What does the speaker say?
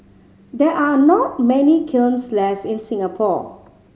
there are not many kilns left in Singapore